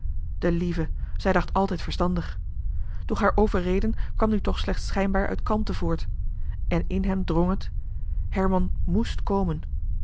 de lieve zij dacht altijd verstandig doch haar overreden kwam nu toch slechts schijnbaar uit kalmte voort en in hem drng het herman mest komen